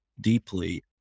deeply